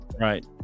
right